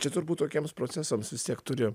čia turbūt tokiems procesams vis tiek turi